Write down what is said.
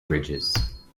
bridges